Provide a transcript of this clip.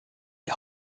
die